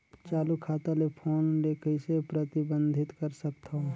चालू खाता ले फोन ले कइसे प्रतिबंधित कर सकथव?